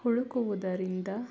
ಹುಡುಕುವುದರಿಂದ